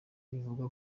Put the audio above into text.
ivuga